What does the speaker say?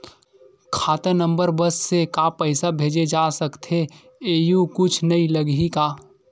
खाता नंबर बस से का पईसा भेजे जा सकथे एयू कुछ नई लगही का?